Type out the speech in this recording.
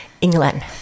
England